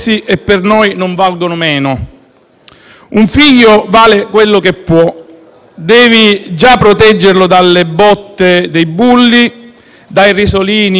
Un figlio vale quello che può. Devi già proteggerlo dalle botte dei bulli, dai risolini e, in generale, dalla solitudine.